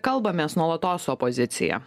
kalbamės nuolatos su opozicija